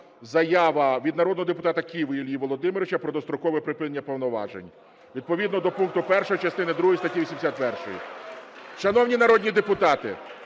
заява від народного депутата Киви Іллі Володимировича про дострокове припинення повноважень відповідно до пункту 1 частини другої статті 81. Шановні народні депутати,